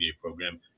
program